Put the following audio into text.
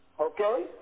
Okay